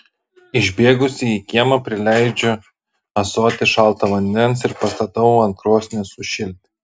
išbėgusi į kiemą prileidžiu ąsotį šalto vandens ir pastatau ant krosnies sušilti